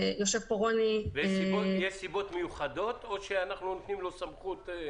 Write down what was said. יש סיבות מיוחדות, או שאנחנו נותנים לו סמכות?